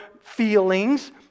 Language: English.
feelings